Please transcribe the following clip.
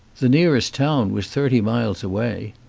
the nearest town was thirty miles away.